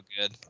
good